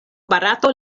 barato